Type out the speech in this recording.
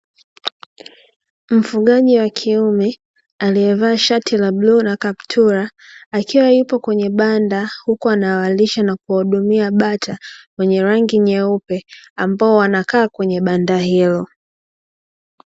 Mfugaji wa kiume aliyevaa shati la bluu na kaptula, akiwa yupo kwenye banda akiwalisha na kuwahudumia bata wenye rangi nyeupe ambao waakaa kwenye banda hilo.